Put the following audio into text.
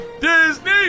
Disney